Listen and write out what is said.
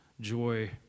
joy